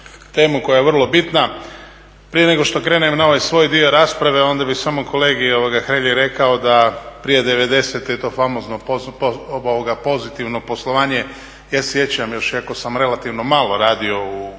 temu koja je vrlo bitna. Prije nego što krenem na ovaj svoj dio rasprave onda bih samo kolegi Hrelji rekao da prije 90. je to famozno pozitivno poslovanje, ja se sjećam iako sam relativno malo radio u